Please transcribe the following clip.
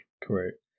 correct